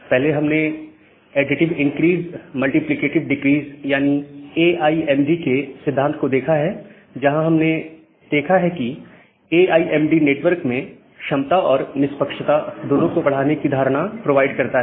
पहले हमने additive increase multiplicative decrease यानी ए आई एम डी के सिद्धांत को देखा है जहां हमने देखा है कि A I M D network में क्षमता और निष्पक्षता दोनों को बढ़ाने की धारणा प्रोवाइड करता है